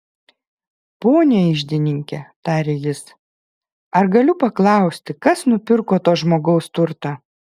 pone iždininke tarė jis ar galiu paklausti kas nupirko to žmogaus turtą